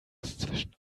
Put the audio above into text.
zwischen